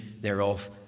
thereof